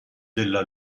della